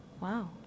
Wow